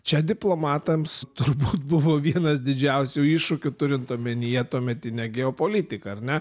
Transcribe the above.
čia diplomatams turbūt buvo vienas didžiausių iššūkių turint omenyje tuometinę geopolitiką ar ne